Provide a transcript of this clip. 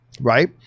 right